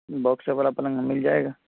box والا پلنگ ہاں مل جائے گا